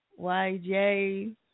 YJ